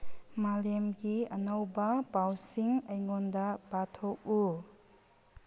ꯃꯥꯂꯦꯝꯒꯤ ꯑꯅꯧꯕ ꯄꯥꯎꯁꯤꯡ ꯑꯩꯉꯣꯟꯗ ꯄꯥꯊꯣꯛꯎ